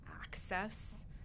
access